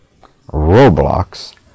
Roblox